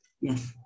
Yes